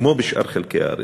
כמו בשאר חלקי הארץ.